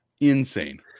insane